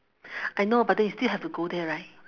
I know but then you still have to go there right